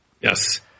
Yes